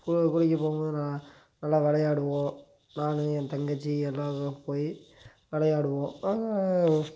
கு குளிக்க போகும் போது நான் நல்லா விளையாடுவோம் நானும் என் தங்கச்சி எல்லாம் போய் விளையாடுவோம்